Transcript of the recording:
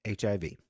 HIV